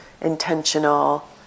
intentional